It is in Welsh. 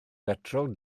betrol